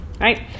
right